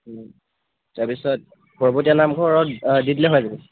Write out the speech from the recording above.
তাৰপিছত পৰ্বতীয়া নামঘৰত অঁ দি দিলে হৈ যাব